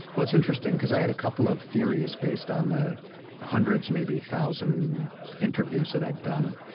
well, it's interesting, because i had a couple of theories based on the hundreds, maybe thousand interviews that i'd done.